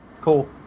Cool